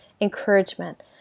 encouragement